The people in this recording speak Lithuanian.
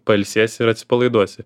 pailsėsi ir atsipalaiduosi